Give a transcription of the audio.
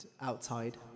outside